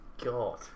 God